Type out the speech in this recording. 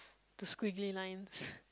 the squiggly lines